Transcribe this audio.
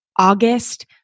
August